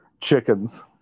chickens